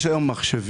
יש היום מחשבים.